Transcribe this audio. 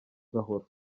gahoro